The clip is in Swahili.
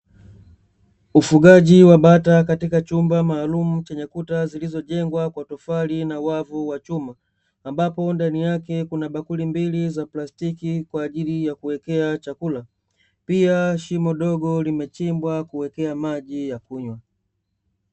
Ufugaji wa bata katika chumba maalumu chenye kuta zilizojengwa kwa tofali na wavu wa chuma, ambapo ndani yake kuna bakuli mbili za plastiki kwaajili ya kuwekea chakula pia shimo dogo limechimbwa kuwekea maji ya kunywa.